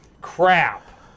Crap